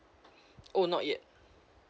oh not yet